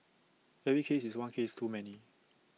every case is one case too many